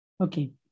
Okay